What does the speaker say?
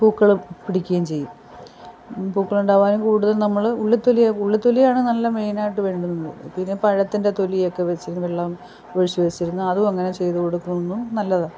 പൂക്കൾ പിടിക്കേം ചെയ്യും പൂക്കളുണ്ടാവാനും കൂടുതൽ നമ്മൾ ഉള്ളിത്തൊലിയാണ് ഉള്ളിതൊലിയാണ് നല്ലത് മെയിനായിട്ട് വരുന്നത് പിന്നെ പഴത്തിൻ്റെ തൊലിയൊക്കെ വെച്ച് വെള്ളം ഒഴിച്ച് വെച്ചിരുന്ന് അതും അങ്ങനെ ചെയ്ത് കൊടുക്കുന്നു നല്ലതാണ്